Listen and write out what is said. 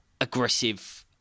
aggressive